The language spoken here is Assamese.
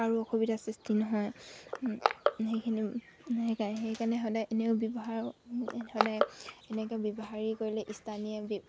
আৰু অসুবিধাৰ সৃষ্টি নহয় সেইখিনি সেই সেইকাৰণে সদায় এনেও ব্যৱহাৰ সদায় এনেকৈ ব্যৱহাৰী কৰিলে স্থানীয়